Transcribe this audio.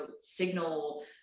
signal